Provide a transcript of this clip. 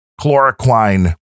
chloroquine